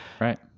right